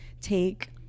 take